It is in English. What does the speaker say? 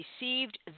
received